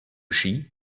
ski